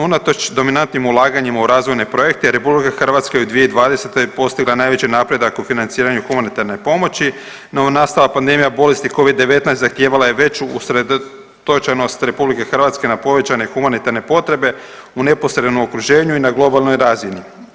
Unatoč dominantnim ulaganjima u razvojne projekte RH je u 2020. postigla najveći napredak u financiranju humanitarne pomoći novonastala pandemija bolesti Covid-10 zahtijevala je veću usredotočenost RH na povećane humanitarne potrebe u neposrednom okruženju i na globalnoj razini.